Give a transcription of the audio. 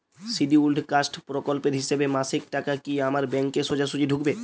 Scheduled caste প্রকল্পের হিসেবে মাসিক টাকা কি আমার ব্যাংকে সোজাসুজি ঢুকবে?